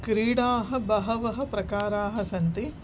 क्रीडाः बहवः प्रकाराः सन्ति